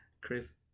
Chris